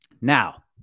Now